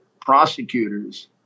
prosecutors